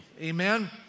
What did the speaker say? amen